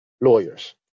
lawyers